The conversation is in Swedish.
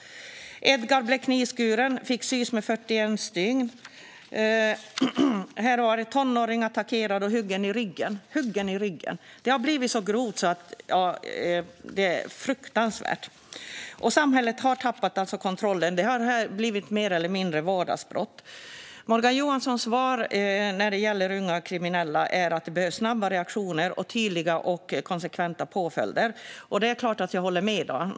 "Edgar knivskuren och rånad - fick sy 41 stygn." "Tonåring attackerad och huggen i ryggen" - huggen i ryggen! Det har blivit så grovt att det är fruktansvärt. Samhället har tappat kontrollen. Detta har mer eller mindre blivit vardagsbrott. Morgan Johanssons svar när det gäller unga kriminella är att det behövs snabba reaktioner och tydliga och konsekventa påföljder. Det är klart att jag håller med.